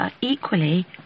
equally